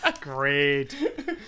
Great